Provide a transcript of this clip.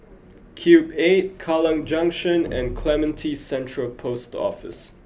Cube eight Kallang Junction and Clementi Central Post Office